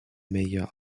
mayor